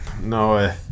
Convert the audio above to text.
No